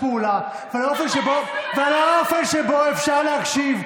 פעולה ועל האופן שבו אפשר להקשיב.